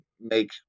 make